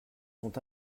sont